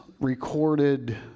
recorded